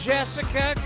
Jessica